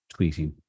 tweeting